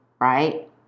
right